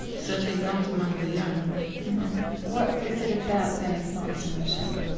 certainly not among the young what is it about, then, if not submission?